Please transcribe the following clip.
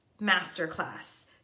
masterclass